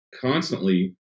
constantly